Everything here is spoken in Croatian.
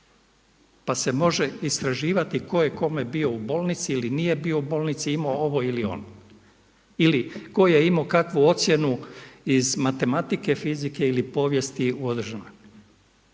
Pa se može istraživati tko je kome bio u bolnici ili nije bio u bolnici, imao ovo ili ono ili tko je imao kakvu ocjenu iz matematike, fizike ili povijesti … Zbog